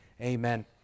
Amen